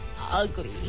ugly